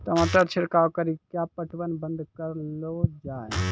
टमाटर छिड़काव कड़ी क्या पटवन बंद करऽ लो जाए?